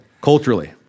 culturally